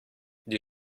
die